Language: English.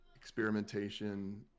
experimentation